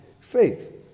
faith